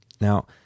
Now